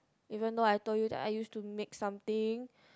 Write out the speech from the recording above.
even though I told you that I used to make something